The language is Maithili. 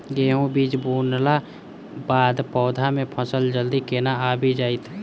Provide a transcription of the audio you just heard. गेंहूँ बीज बुनला बाद पौधा मे फसल जल्दी केना आबि जाइत?